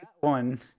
one